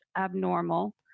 abnormal